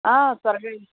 ఆ త్వరగా